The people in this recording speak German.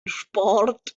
sport